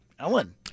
Ellen